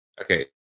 Okay